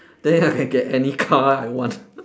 then I can get any car I want